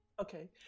Okay